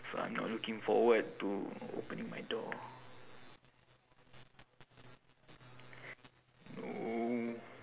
so I'm not looking forward to opening my door no